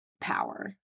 power